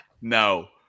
no